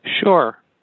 Sure